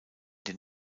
den